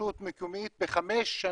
לרשות מקומית ערבית בחמש שנים,